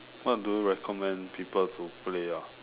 what do you recommend people to play ah